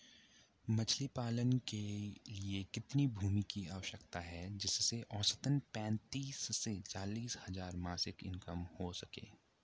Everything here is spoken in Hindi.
मछली पालन के लिए कितनी भूमि की आवश्यकता है जिससे औसतन पैंतीस से चालीस हज़ार मासिक इनकम हो सके?